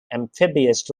amphibious